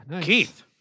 Keith